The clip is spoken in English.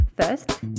First